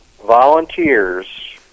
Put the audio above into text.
Volunteers